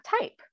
type